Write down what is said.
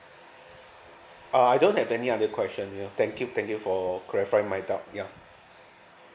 uh I don't have any other question you know thank you thank you for clarify my doubts yeah